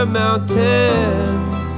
mountains